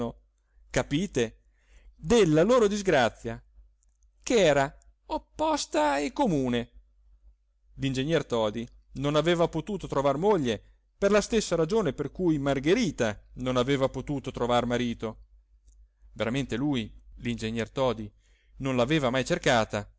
capite della loro disgrazia ch'era opposta e comune l'ingegner todi non aveva potuto trovar moglie per la stessa ragione per cui margherita non aveva potuto trovar marito veramente lui l'ingegner todi non l'aveva mai cercata